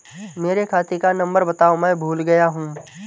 मेरे खाते का नंबर बताओ मैं भूल गया हूं